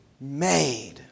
made